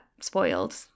spoiled